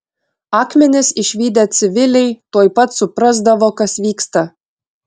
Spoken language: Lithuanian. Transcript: akmenis išvydę civiliai tuoj pat suprasdavo kas vyksta